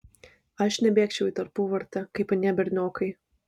aš nebėgčiau į tarpuvartę kaip anie berniokai